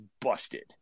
busted